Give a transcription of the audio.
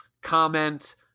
comment